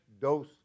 dose